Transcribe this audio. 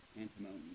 antimony